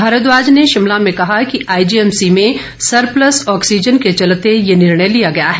भारद्वाज ने शिमला में कहा कि आईजीएमसी में सरप्लस ऑक्सीजन के चलते ये निर्णय लिया गया है